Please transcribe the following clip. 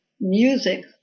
music